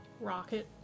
rocket